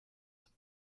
some